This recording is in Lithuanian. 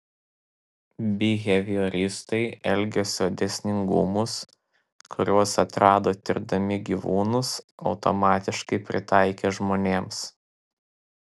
bihevioristai elgesio dėsningumus kuriuos atrado tirdami gyvūnus automatiškai pritaikė žmonėms